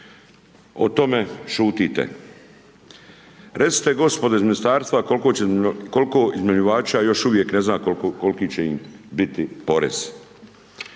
O tome šutite. Recite gospodo iz ministarstva koliko iznajmljivača još uvijek ne zna koliki će im biti porez.